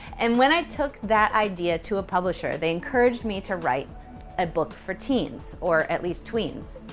and when i took that idea to a publisher, they encouraged me to write a book for teens or at least tweens.